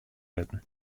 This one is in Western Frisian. litten